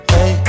Hey